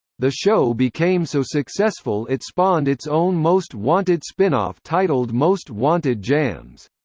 the show became so successful it spawned its own most wanted spinoff titled most wanted jams.